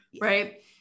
Right